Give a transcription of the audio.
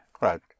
Right